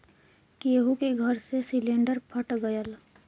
केहु के घर मे सिलिन्डर फट गयल